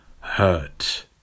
hurt